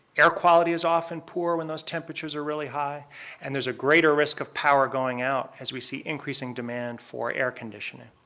air quality is often poor when those temperatures are really high and there's a greater risk of power going out as we see increasing demand for air conditioning.